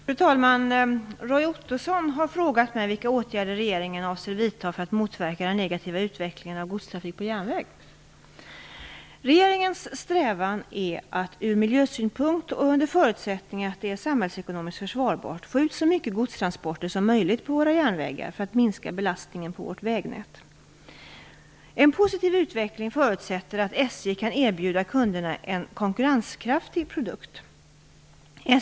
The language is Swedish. Fru talman! Roy Ottosson har frågat mig vilka åtgärder regeringen avser vidta för att motverka den negativa utvecklingen av godstrafik på järnväg. Regeringens strävan är att ur miljösynpunkt och under förutsättning att det är samhällsekonomiskt försvarbart få ut så mycket godstransporter som möjligt på våra järnvägar för att minska belastningen på vårt vägnät. En positiv utveckling förutsätter att SJ kan erbjuda kunderna en konkurrenskraftig produkt.